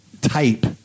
type